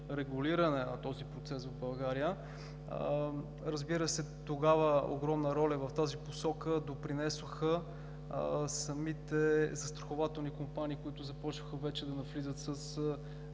регулиране на процеса в България. Тогава огромна воля в тази посока допринесоха самите застрахователни компании, които започнаха да навлизат